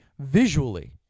visually